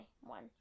one